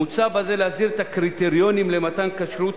"מוצע בזה להסדיר את הקריטריונים למתן כשרות,